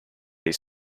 his